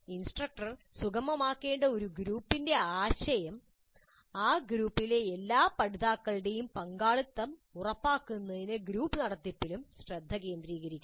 instructor സുഗമമാക്കേണ്ട ഒരു ഗ്രൂപ്പിന്റെ ആശയം ആ ഗ്രൂപ്പിലെ എല്ലാ പഠിതാക്കളുടെയും പങ്കാളിത്തം ഉറപ്പാക്കുന്നതിന് ഗ്രൂപ്പ് നടത്തിപ്പിലും ശ്രദ്ധ കേന്ദ്രീകരിക്കുന്നു